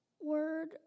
word